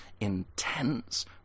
intense